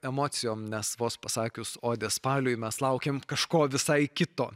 emocijom nes vos pasakius odė spaliui mes laukiam kažko visai kito